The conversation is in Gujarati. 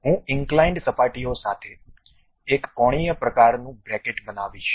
હું ઇંક્લાઇન્ડ સપાટીઓ સાથે l કોણીય પ્રકારનું બ્રેકેટ બનાવીશ